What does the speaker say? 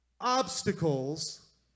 obstacles